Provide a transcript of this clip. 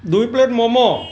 দুই প্লেট মমো